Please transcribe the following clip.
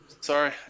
sorry